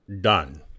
done